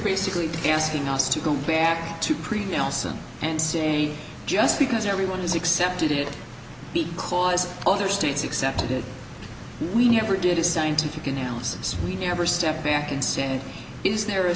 basically gasping us to go back to prevail soon and saying just because everyone is accepted it because other states accepted it we never did a scientific analysis we never step back and say is there a